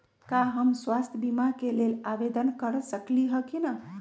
का हम स्वास्थ्य बीमा के लेल आवेदन कर सकली ह की न?